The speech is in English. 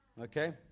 Okay